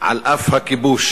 על אף הכיבוש.